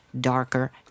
darker